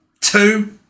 Two